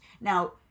now